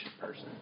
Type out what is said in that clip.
person